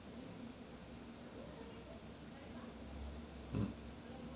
mm